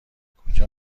کجا